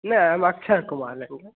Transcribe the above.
नहीं हम अक्षय कुमार लेंगे